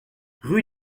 rue